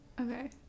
Okay